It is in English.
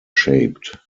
shaped